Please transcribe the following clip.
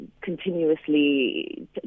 continuously